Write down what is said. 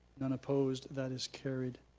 none opposed. that is carried.